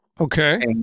Okay